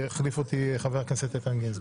יחליף אותי חבר הכנסת איתן גינזבורג.